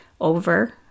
over